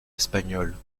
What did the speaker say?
espagnole